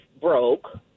broke